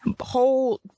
whole